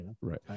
Right